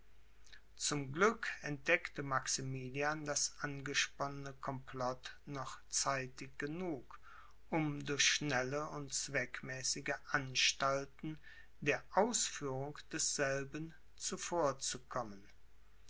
zum glück entdeckte maximilian das angesponnene complot noch zeitig genug um durch schnelle und zweckmäßige anstalten der ausführung desselben zuvor